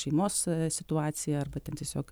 šeimos situaciją arba ten tiesiog